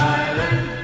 island